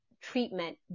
Treatment